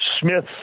Smith